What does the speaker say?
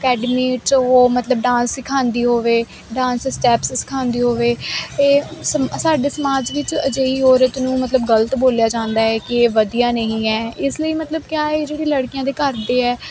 academy ਚ ਮਤਲਬ dance ਸਿਖਾਂਦੀ ਹੋਵੇ ਡਾਂਸ ਸਟੈਪਸ ਸਿਖਾਉਂਦੀ ਹੋਵੇ ਇਹ ਸਾਡੇ ਸਮਾਜ ਵਿੱਚ ਅਜਿਹੀ ਔਰਤ ਨੂੰ ਮਤਲਬ ਗਲਤ ਬੋਲਿਆ ਜਾਂਦਾ ਹੈ ਕਿ ਵਧੀਆ ਨਹੀਂ ਹ ਇਸ ਲਈ ਮਤਲਬ ਕਿਆ ਜੋ ਵੀ ਲੜਕੀਆਂ ਦੇ ਘਰ ਦੇ ਹ